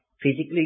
physically